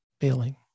feeling